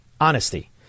honesty